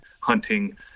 hunting